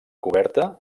coberta